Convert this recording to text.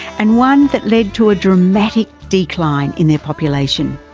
and one that led to a dramatic decline in their population.